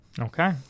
Okay